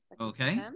okay